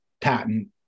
patent